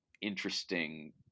interesting